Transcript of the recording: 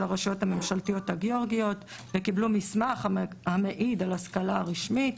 הרשויות הממשלתיות הגיאורגיות וקיבלו מסמך המעיד על השכלה רשמית.